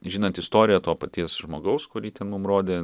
žinant istoriją to paties žmogaus kurį ten mum rodė